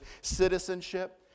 citizenship